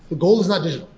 gold is not digital.